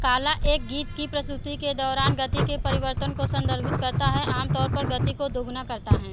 काला एक गीत की प्रस्तुति के दौरान गति के परिवर्तन को संदर्भित करता है आमतौर पर गति को दोगुना करता है